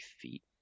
feet